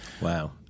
Wow